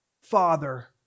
Father